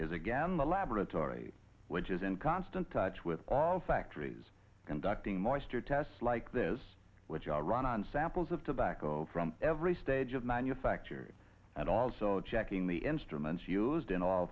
is again the laboratory which is in constant touch with all factories conducting moister tests like this which are run on samples of tobacco from every stage of manufacture and also checking the instruments used in all